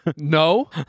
No